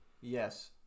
Yes